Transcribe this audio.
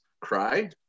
cry